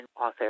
author